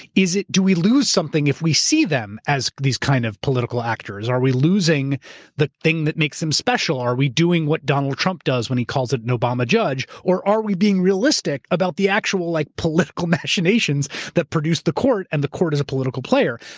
do we lose something if we see them as these kind of political actors? are we losing the thing that makes them special? are we doing what donald trump does when he calls it an obama judge? or are we being realistic about the actual like political machinations that produced the court, and the court is a political player?